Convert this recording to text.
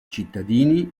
cittadini